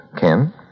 Ken